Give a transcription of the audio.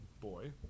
boy